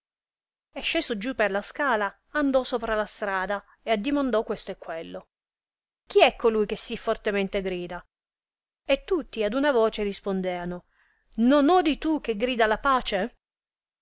e sceso giù per la scala andò sopra la strada e addimandò questo e quello chi é colui che sì fortemente grida e tutti ad una voce rispondeano non odi tu che grida la pace